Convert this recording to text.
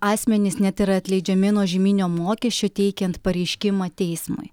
asmenys net yra atleidžiami nuo žyminio mokesčio teikiant pareiškimą teismui